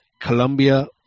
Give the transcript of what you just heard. Colombia